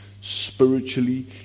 spiritually